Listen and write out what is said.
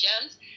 gems